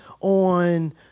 On